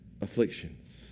afflictions